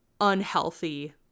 unhealthy